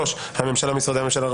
3. הממשלה, משרדי הממשלה.